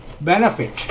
benefit